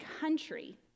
country